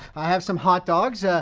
i have some hot dogs. ah